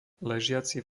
ležiaci